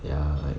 ya